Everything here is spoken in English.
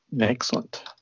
Excellent